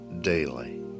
daily